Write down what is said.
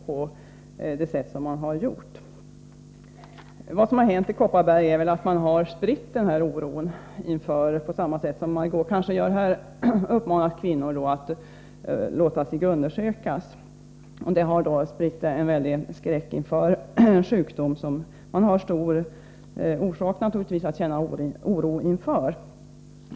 Vad som har hänt i Kopparbergs län är väl att man har spritt denna oro genom att, på samma sätt som Margö Ingvardsson gör här, uppmana kvinnor att låta sig undersökas. Det har spritt en väldig skräck för en sjukdom som man naturligtvis har stor anledning att känna oro inför.